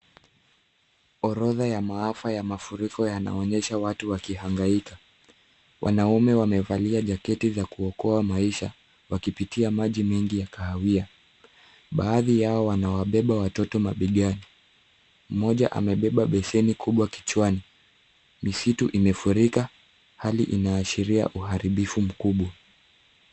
Orodha ya maafa ya mafuriko yanaonyesha watu wakihangaika. Wanaume wamevalia jaketi za kuokoa maisha, wakipitia maji mengi ya kahawia, baadhi yao wanawabeba watoto mabegani. Mmoja abeba beseni kubwa kichwani. Misitu imefurika, hali inaashiria uharibifu mkubwa.